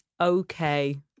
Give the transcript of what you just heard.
okay